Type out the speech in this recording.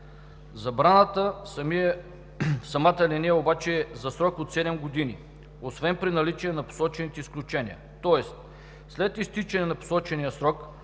Забраната в самата алинея обаче е за срок от седем години освен при наличие на посочените изключения. Тоест след изтичане на посочения срок